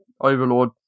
overlord